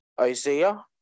Isaiah